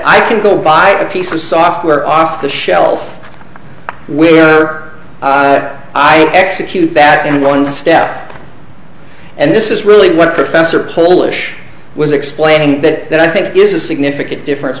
i can go buy a piece of software off the shelf with her i execute that in one step and this is really what professor polish was explaining that i think is a significant difference